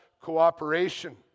cooperation